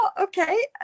okay